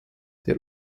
der